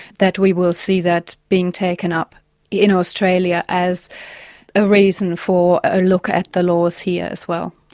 that we will see that being taken up in australia as a reason for a look at the laws here as well.